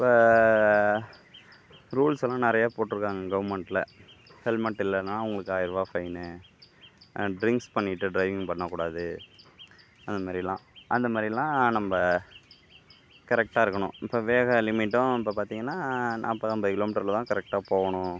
இப்போ ரூல்ஸ்ஸெல்லாம் நிறைய போட்டு இருக்காங்க கவர்மெண்ட்டில் ஹெல்மெட்டில்லைனா உங்களுக்கு ஆயரரூவா ஃபைனு ட்ரிங்க்ஸ் பண்ணிவிட்டு டிரைவிங் பண்ணக்கூடாது அதுமாதிரியெல்லாம் அந்தமாதிரியெல்லாம் நம்ம கரெக்டாக இருக்கணும் இப்போ வேகம் லிமிட்டும் இப்போ பார்த்திங்கனா நாற்பது ஐம்பது கிலோமீட்டரில் தான் கரெக்டாக போகணும்